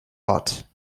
hot